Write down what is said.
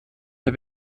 der